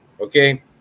Okay